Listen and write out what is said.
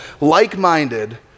like-minded